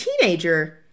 teenager